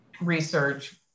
research